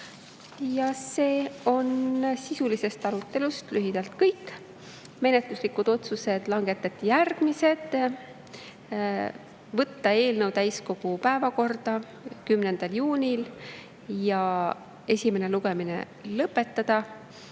See on sisulisest arutelust lühidalt kõik. Menetluslikud otsused langetati järgmised. Võtta eelnõu täiskogu päevakorda 10. juunil ja esimene lugemine lõpetada.